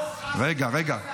לא, חס וחלילה.